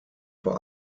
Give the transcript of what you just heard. vor